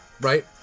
Right